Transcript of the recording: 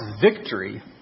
victory